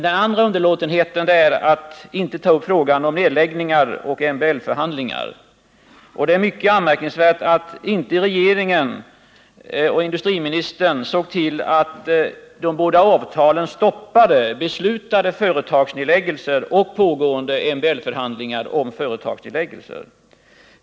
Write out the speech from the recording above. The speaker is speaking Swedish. Den andra underlåtelsen är att man inte har tagit upp frågan om nedläggningar och MBL-förhandlingar. Det är mycket anmärkningsvärt att inte industriministern eller regeringen som helhet såg till att de båda avtalen stoppade beslutade företagsnedläggningar och pågående MBL-förhandlingar om nedläggningar.